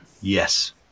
Yes